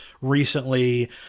recently